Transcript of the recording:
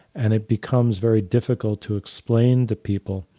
and it becomes very difficult to explain to people,